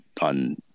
on